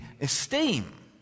esteem